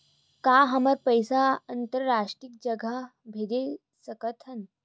का हमर पईसा अंतरराष्ट्रीय जगह भेजा सकत हे?